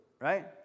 Right